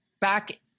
back